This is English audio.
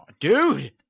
Dude